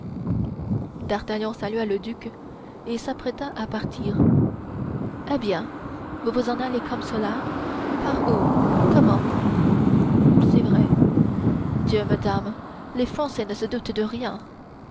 d'artagnan salua le duc et s'apprêta à partir eh bien vous vous en allez comme cela par où comment c'est vrai dieu me damne les français ne doutent de rien